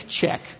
Check